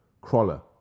Crawler